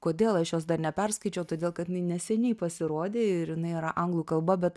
kodėl aš jos dar neperskaičiau todėl kad jinai neseniai pasirodė ir jinai yra anglų kalba bet